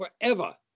forever